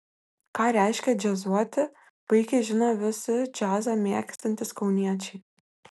ką reiškia džiazuoti puikiai žino visi džiazą mėgstantys kauniečiai